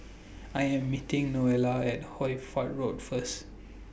I Am meeting Novella At Hoy Fatt Road First